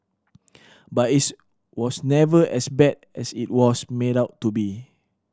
but its was never as bad as it was made out to be